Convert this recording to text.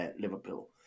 Liverpool